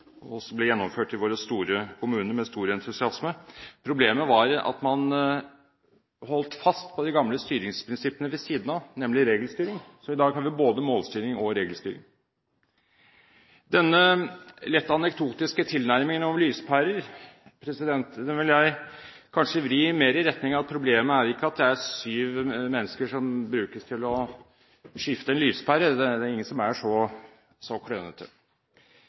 ble gjennomført i våre store kommuner med stor entusiasme. Problemet var at man holdt fast på de gamle styringsprinsippene ved siden av, nemlig regelstyring, så i dag har vi både målstyring og regelstyring. Den lett anekdotiske tilnærmingen om lyspærer vil jeg kanskje vri mer i retning av at problemet ikke er at det er syv mennesker som brukes til å skifte en lyspære – det er da ingen som er så